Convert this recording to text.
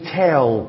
tell